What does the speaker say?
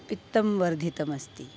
पित्तं वर्धितमस्ति